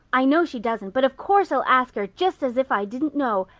i know she doesn't but of course i'll ask her just as if i didn't know.